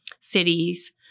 cities—